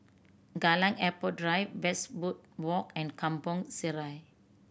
Kallang Airport Drive Westwood Walk and Kampong Sireh